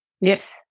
Yes